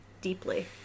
deeply